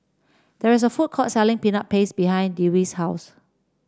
there is a food court selling Peanut Paste behind Dewey's house